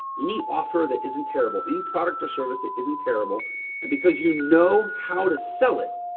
any offer that isn't terrible, any product or service that isn't terrible and because you know how to sell it,